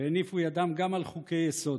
והניפו ידם גם על חוקי-יסוד.